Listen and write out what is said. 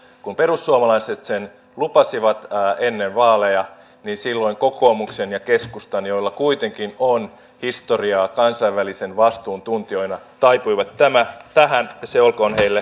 kun perussuomalaiset sen lupasivat ennen vaaleja niin silloin kokoomus ja keskusta joilla kuitenkin on historiaa kansainvälisen vastuun tuntijoina taipuivat tähän ja se olkoon heille häpeä